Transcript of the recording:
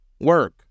work